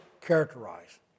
characterize